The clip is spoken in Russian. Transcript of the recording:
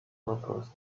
вопросом